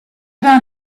down